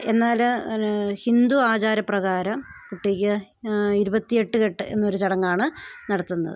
എന്നാല് ഹിന്ദു ആചാരപ്രകാരം കുട്ടിക്ക് ഇരുപത്തിയെട്ടുകെട്ട് എന്നൊരു ചടങ്ങാണ് നടത്തുന്നത്